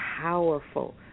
powerful